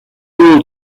will